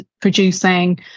producing